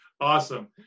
Awesome